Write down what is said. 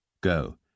Go